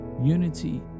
unity